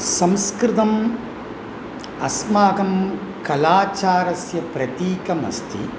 संस्कृतम् अस्माकं कलाचारस्य प्रतीकमस्ति